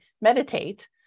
meditate